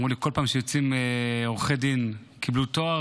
שכל פעם שעורכי דין מקבלים תואר,